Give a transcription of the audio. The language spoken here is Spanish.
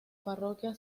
parroquia